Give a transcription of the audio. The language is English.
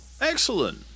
excellent